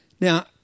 Now